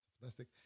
fantastic